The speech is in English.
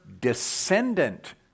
descendant